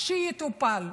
שיטופל,